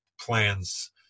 plans